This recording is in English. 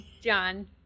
John